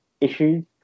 issues